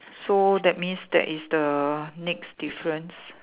so that means that is the next difference